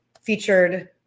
featured